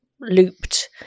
looped